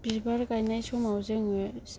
बिबार गायनाय समाव जोङो